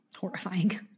horrifying